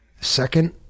Second